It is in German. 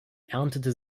erntete